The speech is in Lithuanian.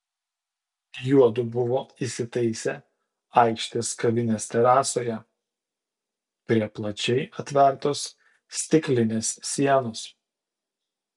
juodu buvo įsitaisę aikštės kavinės terasoje prie plačiai atvertos stiklinės sienos